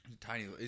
tiny